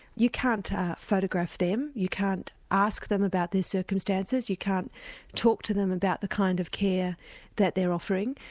you can't ah photograph them, you can't ask them about these circumstances you can't talk to them about the kind of care that they're offering,